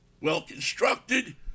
well-constructed